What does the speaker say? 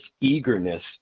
eagerness